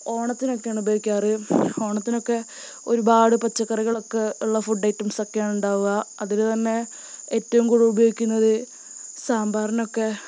ഓണത്തിനൊക്കെയാണ് ഉപയോഗിക്കാറ് ഓണത്തിനൊക്കെ ഒരുപാട് പച്ചക്കറികളൊക്കെ ഉള്ള ഫുഡ് ഐറ്റംസൊക്കെയാണുണ്ടാവുക അതില് തന്നെ ഏറ്റവും കൂടുതല് ഉപയോഗിക്കുന്നത് സാമ്പാറിനൊക്കെ